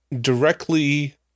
directly